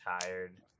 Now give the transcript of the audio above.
tired